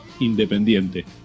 Independiente